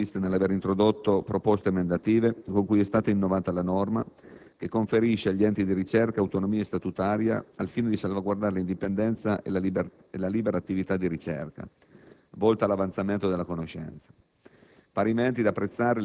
Il nostro merito consiste nell'aver introdotto proposte emendative, con cui è stata innovata la norma che conferisce agli enti di ricerca autonomia statutaria al fine di salvaguardare l'indipendenza e la libera attività di ricerca, volta all'avanzamento della conoscenza.